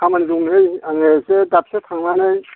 खामानि दङलै आङो एसे दाबसेयाव थांनानै